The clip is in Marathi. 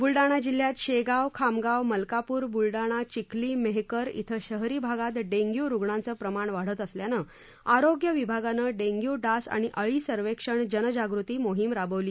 बुलडाणा जिल्ह्यात शेगाव खामगाव मलकापूर बुलडाणा चिखली मेहकर इथं शहरी भागात डेंग्यु रुग्णांचे प्रमाण वाढत असल्यानं आरोग्य विभागानं डेंग्यू डास आणि अळी सर्वेक्षण जनजागृती मोहीम राबवली